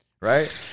right